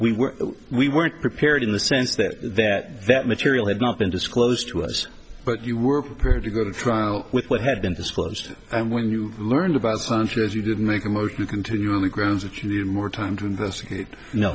we were we weren't prepared in the sense that that that material had not been disclosed to us but you were prepared to go to trial with what had been disclosed and when you learned about sanchez you did make the most you continually grounds that you had more time to investigate n